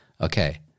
Okay